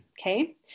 okay